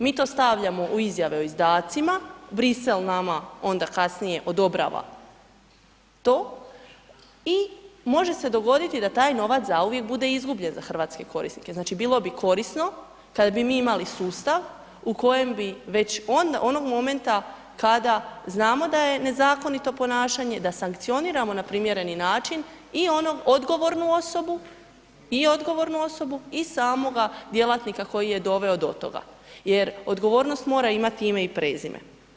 Mi to stavljamo u izjave o izdacima, Brisel nama onda kasnije odobrava to i može se dogoditi da taj novac zauvijek bude izgubljen za hrvatske korisnike, znači bilo bi korisno kad bi mi imali sustav u kojem bi već onog momenta kada znamo da je nezakonito ponašanje da sankcioniramo na primjereni način i onu odgovornu osobu, i odgovornu osobu i samoga djelatnika koji je doveo do toga jer odgovornost mora imati ime i prezime.